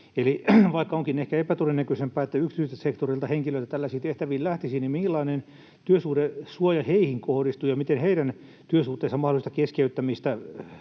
vaikka onkin ehkä epätodennäköisempää, että yksityiseltä sektorilta henkilöitä tällaisiin tehtäviin lähtisi, niin millainen työsuhdesuoja heihin kohdistuu, ja miten heidän työsuhteensa mahdollista keskeyttämistä